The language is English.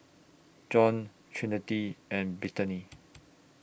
John Trinity and Brittani